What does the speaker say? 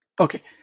Okay